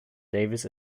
davis